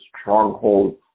strongholds